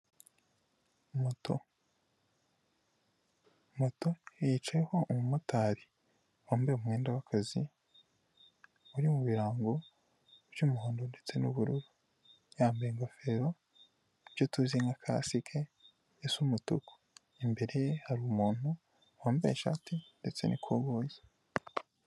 Moto, moto yicayeho umumotari wambaye umwenda w'akazi, uri mu birango by'umuhondo ndetse n'ubururu yambaye ingofero ibyo tuzi nka kasike isa umutuku, imbere hari umuntu wambaye ishati ndetse n'ikoboyi.